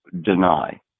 deny